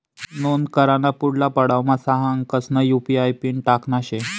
नोंद कराना पुढला पडावमा सहा अंकसना यु.पी.आय पिन टाकना शे